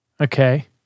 Okay